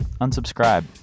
Unsubscribe